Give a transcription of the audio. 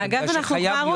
בעניין, כי חייב להיות שינוי.